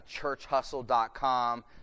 churchhustle.com